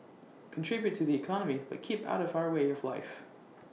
contribute to the economy but keep out of our way of life